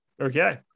Okay